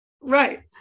Right